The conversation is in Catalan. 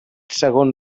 segon